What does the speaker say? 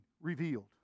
revealed